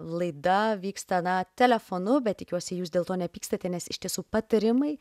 laida vyksta na telefonu bet tikiuosi jūs dėl to nepykstate nes iš tiesų patarimai